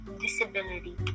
disability